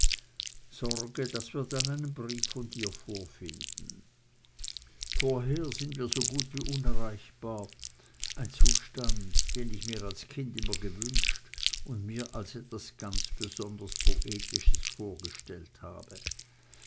sorge daß wir dann einen brief von dir vorfinden vorher sind wir so gut wie unerreichbar ein zustand den ich mir als kind immer gewünscht und mir als etwas ganz besonders poetisches vorgestellt habe